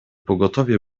pogotowie